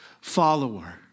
follower